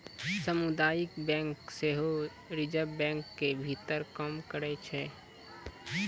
समुदायिक बैंक सेहो रिजर्वे बैंको के भीतर काम करै छै